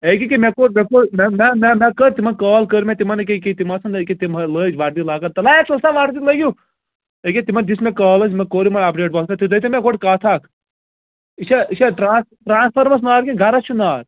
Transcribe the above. ہے یہِ کہِ یہِ کہِ مےٚ کوٚر مےٚ کوٚر نہَ نہَ مےٚ کٔر تِمن کال کٔر مےٚ تِمن أکہِ أکہِ تِم آسان أکہِ تِم لٲجۍ وردی لاگٕنۍ تلہٕ ہا ژٕ اوستھا وردی لٲگِو أکہِ تِمن دِژ مےٚ کال حظ یِمن کوٛر مےٚ اپڈیٹ تُہۍ دٔپۍتو مےٚ گۄڈٕ کٔتھ اَکھ یہ چھا یہِ چھا ٹرٛانٕس ٹرٛانٕسفارمرس نار کِنہٕ گرس چھُ نار